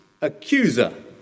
accuser